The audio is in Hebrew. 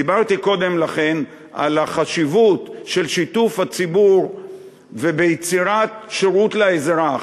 דיברתי קודם לכן על החשיבות של שיתוף הציבור ביצירת שירות לאזרח.